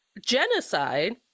genocide